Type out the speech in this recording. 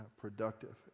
productive